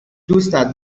دوستت